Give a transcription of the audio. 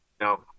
No